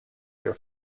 your